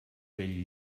bell